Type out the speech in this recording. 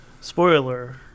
Spoiler